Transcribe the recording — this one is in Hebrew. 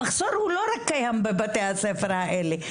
המחסור הוא לא רק קיים בבתי הספר האלה.